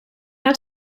have